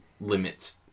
limits